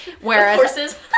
whereas